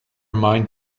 mind